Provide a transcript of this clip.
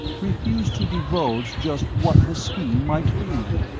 refused to divulge just what the scheme might be.